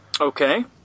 Okay